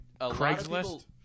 Craigslist